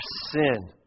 sin